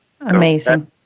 Amazing